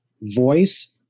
voice